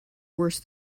worse